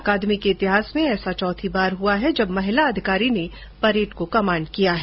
अकादमी के इतिहास में ऐसा चौथी बार हुआ है जब महिला अधिकारी ने परेड का कमांड किया है